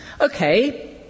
Okay